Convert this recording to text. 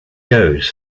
goes